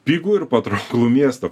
pigų ir patrauklų miestą